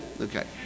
Okay